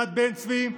יד בן-צבי,